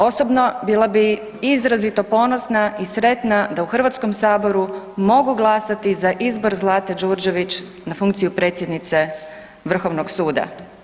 Osobno, bila bih izrazito ponosna i sretna da u Hrvatskom saboru mogu glasati za izbor Zlate Đurđević na funkciju predsjednice Vrhovnog suda.